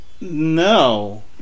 no